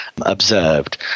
observed